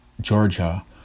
Georgia